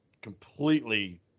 completely